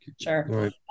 Sure